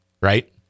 right